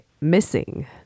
missing